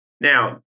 Now